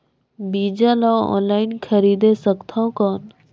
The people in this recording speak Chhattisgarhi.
बीजा ला ऑनलाइन खरीदे सकथव कौन?